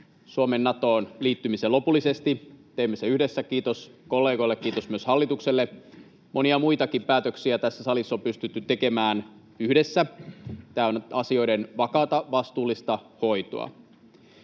Suomen Natoon liittymisen lopullisesti. Teimme sen yhdessä — kiitos kollegoille, kiitos myös hallitukselle. Monia muitakin päätöksiä tässä salissa on pystytty tekemään yhdessä. Tämä on asioiden vakaata ja vastuullista hoitoa.